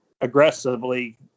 aggressively